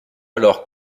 alors